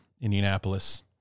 Indianapolis